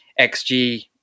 XG